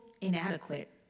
inadequate